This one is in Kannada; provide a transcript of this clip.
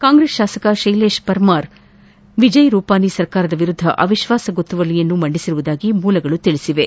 ಕಾಂಗ್ರೆಸ್ ಶಾಸಕ ಶ್ನೆಲೇಶ್ ಪರ್ಮಾರ್ ಅವರು ವಿಜಯ್ ರೂಪಾನಿ ಸರ್ಕಾರದ ವಿರುದ್ದ ಅವಿಶ್ವಾಸ ಗೊತ್ತುವಳಿ ಮಂಡಿಸಿರುವುದಾಗಿ ಮೂಲಗಳು ತಿಳಿಸಿವೆ